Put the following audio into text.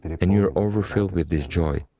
and you are overwhelmed with this joy,